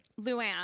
Luann